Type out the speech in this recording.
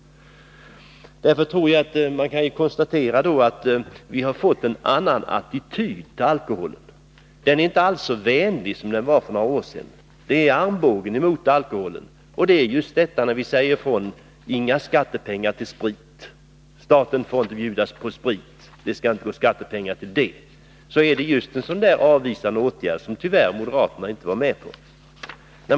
Vi kan konstatera att det har blivit en annan attityd till alkoholen i vårt land. Inställningen är inte alls så vänlig som för några år sedan. Det är armbågen mot alkohol, t.ex. när vi säger ifrån att staten inte får bjuda på sprit — skattepengar skall inte användas på det sättet! Det är just en sådan avvisande åtgärd som moderaterna tyvärr inte var med på.